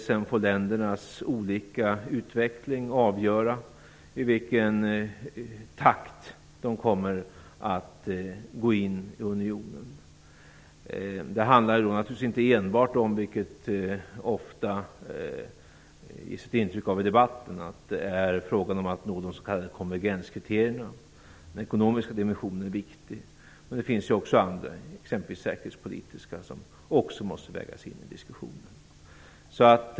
Sedan får ländernas olika utveckling avgöra i vilken takt de kommer att gå in i unionen. Det handlar då naturligtvis inte enbart om, vilket det ofta ges ett intryck av i debatten, att nå de s.k. konvergenskriterierna. Den ekonomiska dimensionen är viktig, men det finns också andra dimensioner, exempelvis den säkerhetspolitiska, som också måste vägas in i diskussionen.